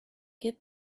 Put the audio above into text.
get